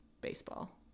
baseball